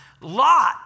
Lot